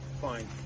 Fine